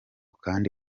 kandi